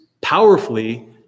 powerfully